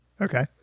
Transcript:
Okay